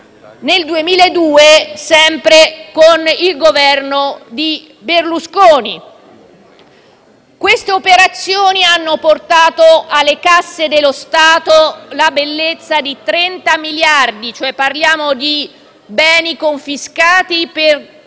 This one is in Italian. nel 2002, sempre con il Governo Berlusconi. Queste operazioni hanno portato alle casse dello Stato la bellezza di 30 miliardi di beni confiscati,